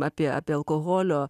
apie apie alkoholio